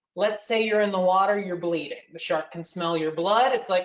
let's say you're in the water, you're bleeding, the shark can smell your blood. it's like